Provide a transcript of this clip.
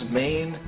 main